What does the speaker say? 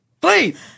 Please